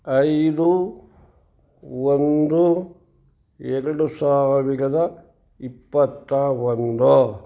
ಐದು ಒಂದು ಎರಡು ಸಾವಿರದ ಇಪ್ಪತ್ತ ಒಂದು